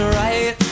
right